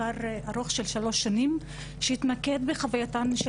מחקר ארוך של שלוש שנים שהתמקד שבחווייתן של